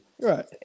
right